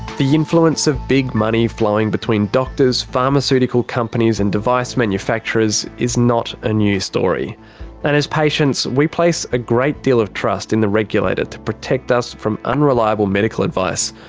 the influence of big money flowing between doctors, pharmaceutical companies and device manufacturers is not a new story and as patients, we place a great deal of trust in the regulator to protect us from unreliable medical advice,